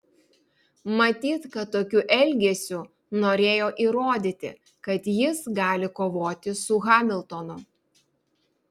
matyt kad tokiu elgesiu norėjo įrodyti kad jis gali kovoti su hamiltonu